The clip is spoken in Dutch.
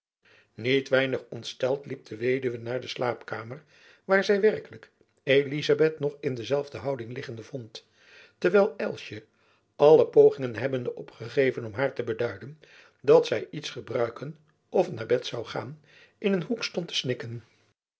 niet weinig ontsteld liep de weduwe naar de slaapkamer waar zy werkelijk elizabeth nog in dezelfde houding liggende vond terwijl elsjen alle pogingen hebbende opgegeven om haar te beduiden dat zy iets gebruiken of naar bed zoû gaan in een hoek stond te snikken